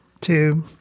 two